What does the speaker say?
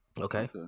Okay